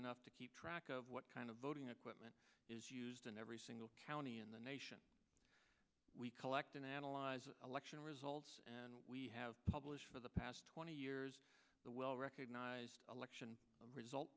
enough to keep track of what kind of voting equipment is used in every single county in the nation we collect and analyze election results and we have published for the past twenty years the well recognized election result